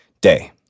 day